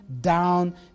down